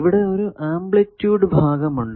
ഇവിടെ ഒരു ആംപ്ലിറ്റൂഡ് ഭാഗം ഉണ്ട്